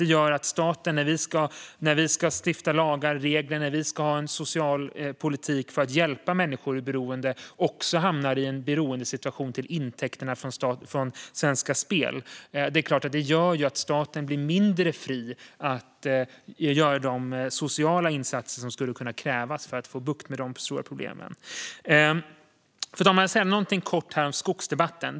Det gör att staten, när vi ska stifta lagar och regler och ska ha en socialpolitik för att hjälpa människor i beroende, hamnar i ett beroende av intäkterna från Svenska Spel. Det är klart att det gör staten blir mindre fri att göra de sociala insatser som skulle krävas för att få bukt med de stora problemen. Fru talman! Jag ska säga något kort om skogsdebatten.